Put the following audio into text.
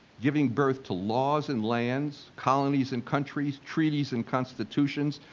giving birth to laws and lands, colonies and countries, treaties and constitutions,